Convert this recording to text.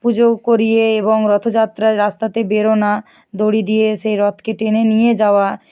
পুজো করিয়ে এবং রথযাত্রার রাস্তাতে বেরোনো দড়ি দিয়ে সেই রথকে টেনে নিয়ে যাওয়া